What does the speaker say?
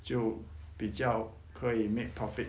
就比较可以 make profit